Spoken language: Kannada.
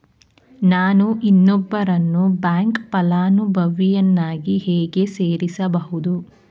ನಾನು ಇನ್ನೊಬ್ಬರನ್ನು ಬ್ಯಾಂಕ್ ಫಲಾನುಭವಿಯನ್ನಾಗಿ ಹೇಗೆ ಸೇರಿಸಬಹುದು?